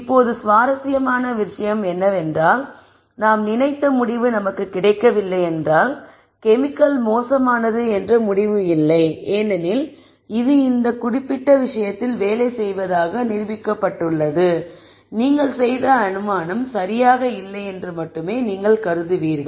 இப்போது சுவாரஸ்யமான விஷயம் என்னவென்றால் நாம் நினைத்த முடிவு நமக்கு கிடைக்கவில்லையென்றால் கெமிக்கல் மோசமானது என்ற முடிவு இல்லை ஏனெனில் இது இந்த குறிப்பிட்ட விஷயத்தில் வேலை செய்வதாக நிரூபிக்கப்பட்டுள்ளது நீங்கள் செய்த அனுமானம் சரியாக இல்லை என்று மட்டுமே நீங்கள் கருதுவீர்கள்